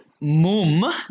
Mum